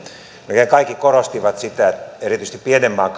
melkein kaikki korostivat sitä että erityisesti pienen maan